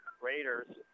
Raiders